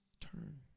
turn